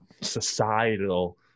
societal